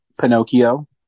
Pinocchio